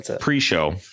pre-show